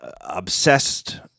obsessed